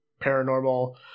paranormal